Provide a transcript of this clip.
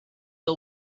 you